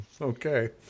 Okay